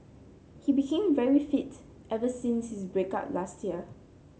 he became very fit ever since his break up last year